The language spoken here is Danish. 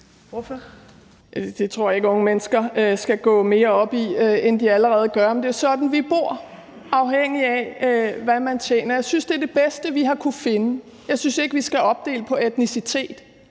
Det tror jeg ikke unge mennesker skal gå mere op i, end de allerede gør, men det er jo sådan, vi bor, afhængigt af hvad man tjener. Jeg synes, at det er det bedste, vi har kunnet finde. Jeg synes ikke, at vi skal opdele på etnicitet